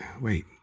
Wait